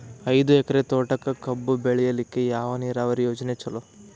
ಐದು ಎಕರೆ ತೋಟಕ ಕಬ್ಬು ಬೆಳೆಯಲಿಕ ಯಾವ ನೀರಾವರಿ ಯೋಜನೆ ಚಲೋ?